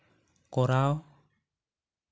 ᱠᱚᱨᱟᱣ